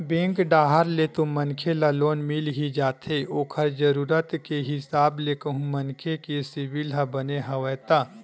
bank डाहर ले तो मनखे ल लोन मिल ही जाथे ओखर जरुरत के हिसाब ले कहूं मनखे के सिविल ह बने हवय ता